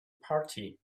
party